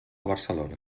barcelona